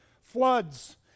floods